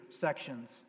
sections